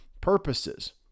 purposes